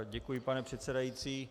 Děkuji, pane předsedající.